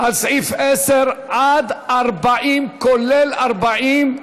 על סעיפים 10 40, כולל 40,